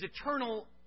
eternal